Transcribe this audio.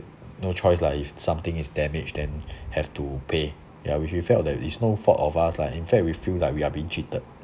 no choice lah if something is damaged then have to pay ya which we felt that it's no fault of us lah in fact we feel like we are being cheated